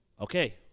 Okay